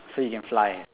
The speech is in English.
so you can fly